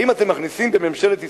האם אתם מכניסים בממשלת ישראל,